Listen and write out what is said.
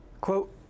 quote